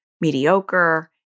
mediocre